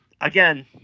Again